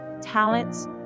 talents